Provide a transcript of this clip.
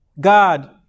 God